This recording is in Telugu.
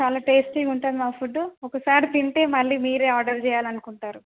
చాలా టేస్టీగా ఉంటుంది మా ఫుడ్డు ఒకసారి తింటే మళ్ళీ మీరు ఆర్డర్ చేయాలి అనుకుంటారు